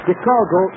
Chicago